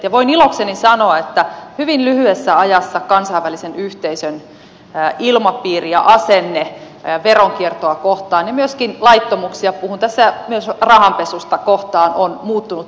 voin ilokseni sanoa että hyvin lyhyessä ajassa kansainvälisen yhteisön ilmapiiri ja asenne veronkiertoa kohtaan ja myöskin laittomuuksia puhun tässä myös rahanpesusta kohtaan on muuttunut tiukemmaksi